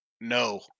no